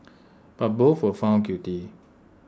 but both were found guilty